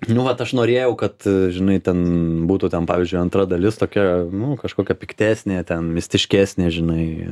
nu vat aš norėjau kad žinai ten būtų ten pavyzdžiui antra dalis tokia nu kažkokia piktesnė ten mistiškesnė žinai